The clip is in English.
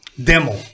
demo